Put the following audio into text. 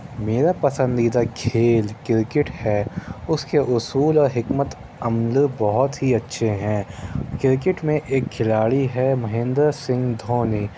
میرا پسندیدہ کھیل کرکٹ ہے اُس کے اصول اور حکمت عملی بہت ہی اچھے ہیں کرکٹ میں ایک کھلاڑی ہے مہندر سنگھ دھونی